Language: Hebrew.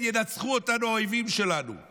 האויבים שלנו ינצחו אותנו.